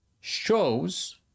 shows